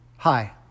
Hi